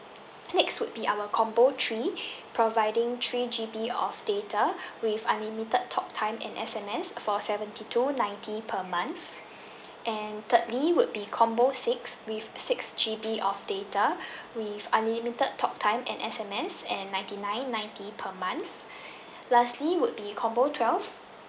next would be our combo three providing three G_B of data with unlimited talk time and S_M_S for seventy two ninety per month and thirdly would be combo six with six G_B of data with unlimited talk time and S_M_S and ninety nine ninety per month lastly would be combo twelve